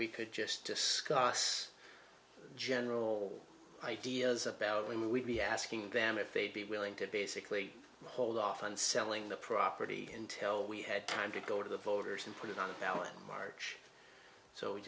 we could just discuss general ideas about when we'd be asking them if they'd be willing to basically hold off on selling the property until we had time to go to the voters and put it on a ballot march so